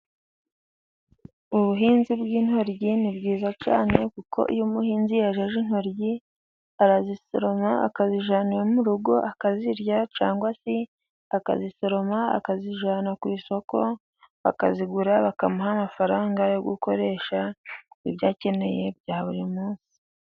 Ubuhinzi bw'intoryi ni bwiza cyane, kuko iyo umuhinzi yejeje intoryi arazisoroma, akazijyana iwe mu rugo, akazirya cyangwa se akazisoroma akazijyana ku isoko bakazigura, bakamuha amafaranga yo gukoresha, ibyo akeneye bya buri munsi.